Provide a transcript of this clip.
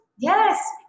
Yes